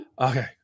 okay